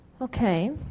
okay